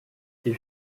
ils